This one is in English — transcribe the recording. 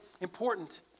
important